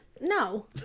no